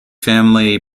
family